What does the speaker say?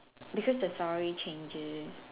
because the story changes